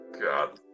God